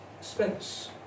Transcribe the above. Spence